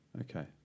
Okay